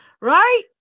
Right